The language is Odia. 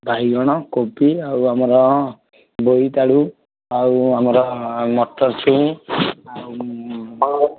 ବାଇଗଣ କୋବି ଆଉ ଆମର ବୋଇତାଳୁ ଆଉ ଆମର ମଟର ଛୁଇଁ ଆଉ ସିମ୍ବ